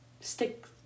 stick